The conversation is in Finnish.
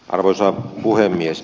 arvoisa puhemies